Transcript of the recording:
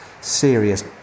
serious